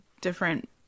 different